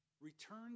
Return